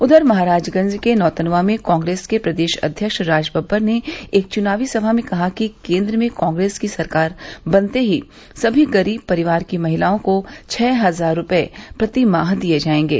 उधर महराजगंज के नौतनवां में कांग्रेस के प्रदेश अध्यक्ष राज बब्बर ने एक चुनावी सभा में कहा कि केन्द्र में कांग्रेस की सरकार बनते ही सभी गरीब परिवार की महिलाओं को छह हजार रूपये प्रतिमाह दिये जायेंगे